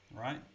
right